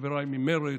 לחבריי ממרצ,